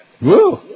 Woo